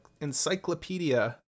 encyclopedia